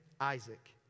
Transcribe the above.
Isaac